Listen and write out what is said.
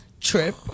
trip